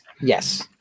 yes